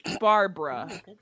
barbara